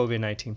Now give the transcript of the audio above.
COVID-19